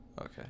Okay